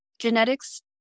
genetics